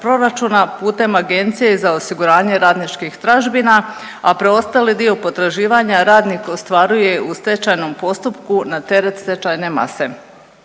putem Agencije za osiguranje radničkih tražbina, a preostali dio potraživanja radnik ostvaruje u stečajnom postupku na teret stečajne mase.